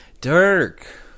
Dirk